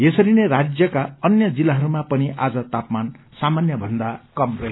यसरी नै राज्यका अन्य जिल्लाहरूमा पनि आज तापमान सामान्यभन्दा कम रहयो